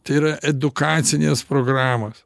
tai yra edukacinės programos